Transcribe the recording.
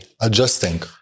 Adjusting